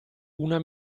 una